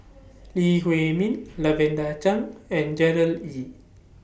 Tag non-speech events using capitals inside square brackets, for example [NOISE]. [NOISE] Lee Huei Min Lavender Chang and Gerard Ee